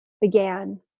began